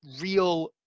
real